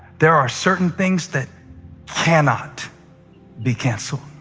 there are certain things that cannot be canceled.